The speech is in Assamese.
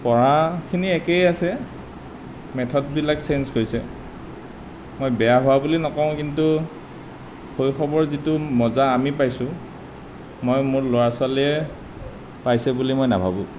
পঢ়াখিনি একেই আছে মেথদবিলাক ছেঞ্জ হৈছে মই বেয়া হোৱা বুলি নকওঁ কিন্তু শৈশৱৰ যিটো মজা আমি পাইছোঁ মই মোৰ ল'ৰা ছোৱালীয়ে পাইছে বুলি মই নাভাবোঁ